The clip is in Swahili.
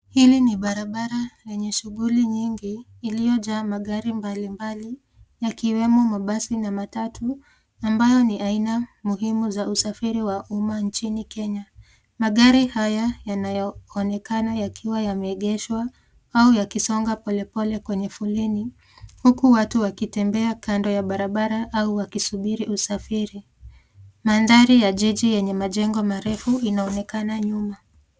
Hili ni barabara yenye shughuli nyingi iliyojaa magari mbalimbali yakiwemo mabasi na matatu ambayo ni aina muhimu za usafiri wa umma nchini Kenya. Magari haya yanayoonekana yakiwa yameegeshwa au yakisonga polepole kwenye foleni huku watu wakitembea kando ya barabara au wakisubiri usafiri. Mandhari ya jiji yenye majengo marefu inaonekana nyuma.